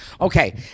Okay